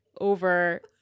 over